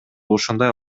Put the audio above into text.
ушундай